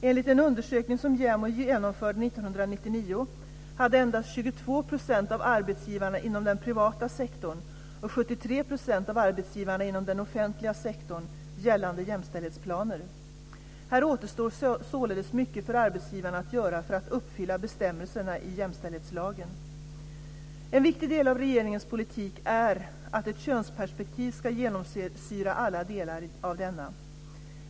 Enligt en undersökning som JämO genomförde 1999 hade endast 22 % av arbetsgivarna inom den privata sektorn och 73 % av arbetsgivarna inom den offentliga sektorn gällande jämställdhetsplaner. Här återstår således mycket för arbetsgivarna att göra för att uppfylla bestämmelserna i jämställdhetslagen. En viktig del av regeringens politik är att ett könsperspektiv ska genomsyra alla delar av denna.